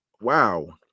Wow